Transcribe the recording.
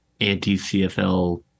anti-cfl